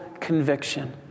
conviction